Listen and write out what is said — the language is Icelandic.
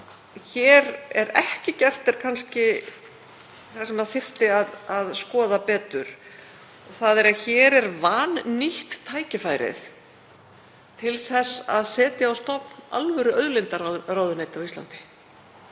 hér er ekki gert er kannski það sem þyrfti að skoða betur. Hér er vannýtt tækifærið til þess að setja á stofn alvöruauðlindaráðuneyti á Íslandi,